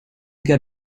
get